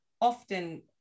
often